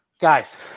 Guys